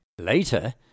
Later